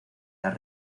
las